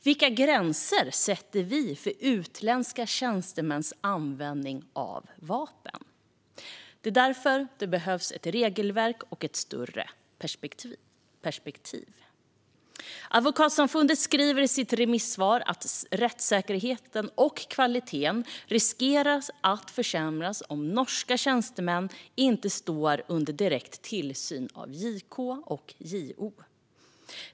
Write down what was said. Vilka gränser sätter vi för utländska tjänstemäns användning av vapen? Det är därför det behövs ett regelverk och ett större perspektiv. Advokatsamfundet skriver i sitt remissvar att rättssäkerheten och kvaliteten riskerar att försämras om norska tjänstemän inte står under direkt tillsyn av JK och JO.